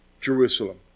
Jerusalem